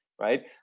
right